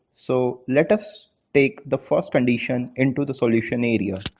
so, let us take the first condition into the solution area.